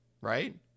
Right